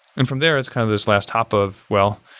and from there it's kind of this last hop of, well,